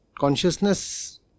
Consciousness